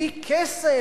בלי כסף?